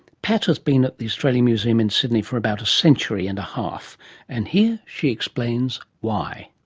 pat has been at the australian museum in sydney for about a century and a half and here she explains why.